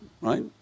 right